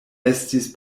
estis